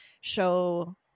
show –